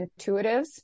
intuitives